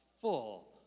full